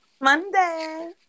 Monday